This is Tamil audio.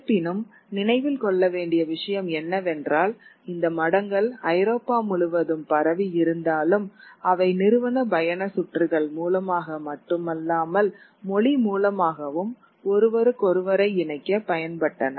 இருப்பினும் நினைவில் கொள்ள வேண்டிய விஷயம் என்னவென்றால் இந்த மடங்கள் ஐரோப்பா முழுவதும் பரவியிருந்தாலும் அவை நிறுவன பயண சுற்றுகள் மூலமாக மட்டுமல்லாமல் மொழி மூலமாகவும் ஒருவருக்கொருவரை இணைக்க பயன்பட்டன